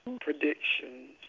predictions